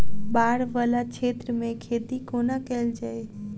बाढ़ वला क्षेत्र मे खेती कोना कैल जाय?